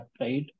right